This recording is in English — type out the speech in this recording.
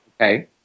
Okay